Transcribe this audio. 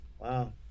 Wow